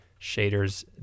shaders